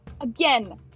Again